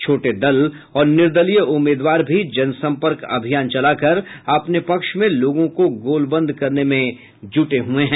छोटे दल और निर्दलीय उम्मीदवार भी जनसंपर्क अभियान चलाकर अपने पक्ष में लोगों को गोलबंद करने में जुटे हुए हैं